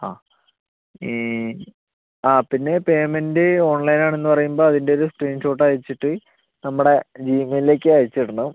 ആ ആ പിന്നെ പേയ്മെൻറ്റ് ഓൺലൈൻ ആണെന്ന് പറയുമ്പം അതിൻ്റെ ഇത് സ്ക്രീൻഷോട്ട് അയച്ചിട്ട് നമ്മുടെ ജീമെയിലിലേക്ക് അയച്ച് ഇടണം